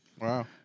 Wow